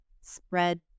spread